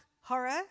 Horror